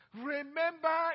Remember